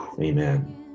Amen